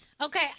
okay